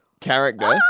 character